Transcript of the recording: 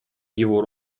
его